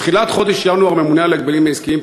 בתחילת חודש ינואר הממונה על ההגבלים העסקיים,